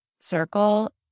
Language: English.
circle